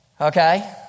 okay